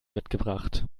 mitgebracht